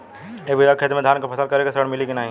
एक बिघा खेत मे धान के फसल करे के ऋण मिली की नाही?